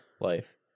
life